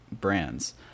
brands